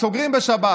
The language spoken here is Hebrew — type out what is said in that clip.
סוגרים בשבת,